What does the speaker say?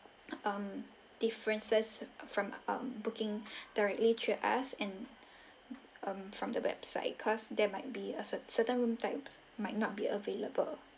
um differences from um booking directly to us and um from the website cause there might be a cert~ certain room types might not be available